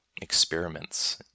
experiments